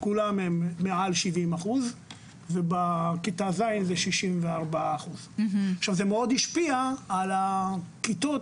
כולם יחד הם מעל 70% ובכיתה ז' זה 64%. עכשיו זה מאוד השפיע על הכיתות